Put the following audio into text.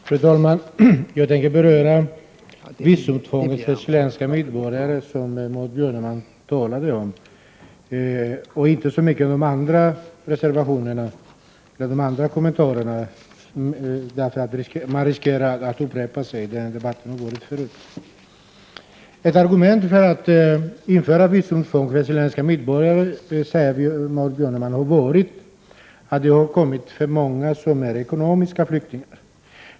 Fru talman! Jag tänker beröra visumtvånget för chilenska medborgare som Maud Björnemalm talade om och inte så mycket de andra kommentarerna, för att inte riskera att upprepa vad som sagts tidigare i debatten. Ett argument för att införa visumtvång för chilenska medborgare har varit, sade Maud Björnemalm, att det har kommit för många som är ekonomiska flyktingar.